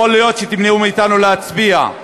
יכול להיות שתמנעו מאתנו להצביע,